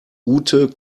ute